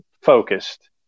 focused